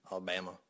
Alabama